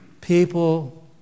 people